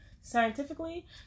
Scientifically